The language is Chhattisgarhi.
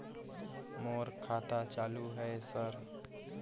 मोर खाता चालु हे सर?